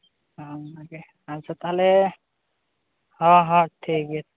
ᱚᱱᱟ ᱜᱮ ᱟᱪᱪᱷᱟ ᱛᱟᱦᱚᱞᱮ ᱦᱚᱸ ᱦᱚᱸ ᱴᱷᱤᱠ ᱜᱮᱭᱟ